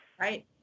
Right